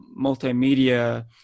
multimedia